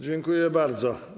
Dziękuję bardzo.